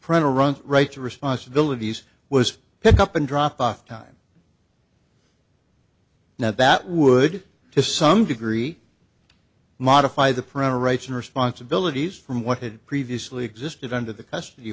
printer runs rights responsibilities was pick up and drop off time now that would to some degree modify the parental rights and responsibilities from what had previously existed under the custody